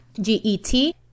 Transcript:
g-e-t